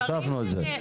הוספנו את זה.